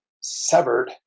severed